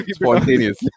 spontaneous